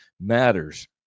matters